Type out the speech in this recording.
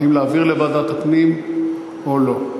בבקשה, האם להעביר לוועדת הפנים או לא.